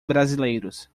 brasileiros